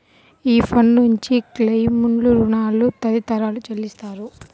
ఈ ఫండ్ నుంచి క్లెయిమ్లు, రుణాలు తదితరాలు చెల్లిస్తారు